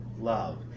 love